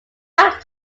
pack